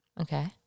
Okay